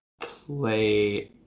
play